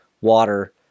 water